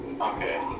Okay